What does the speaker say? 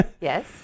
Yes